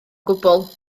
gwbl